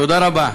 תודה רבה.